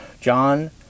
john